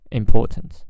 important